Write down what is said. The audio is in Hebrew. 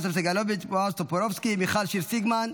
יואב סגלוביץ'; מיכל שיר סגמן,